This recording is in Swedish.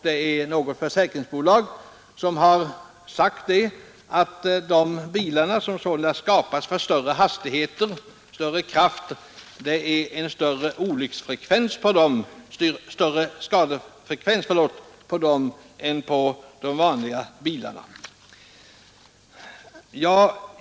Ett av försäkringsbolagen har sagt att skadefrekvensen är högre för sådana bilar än för de vanliga bilarna.